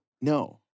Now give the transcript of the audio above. no